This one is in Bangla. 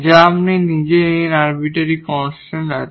যা আপনি নিজেই n আরবিটারি কনস্ট্যান্ট আছে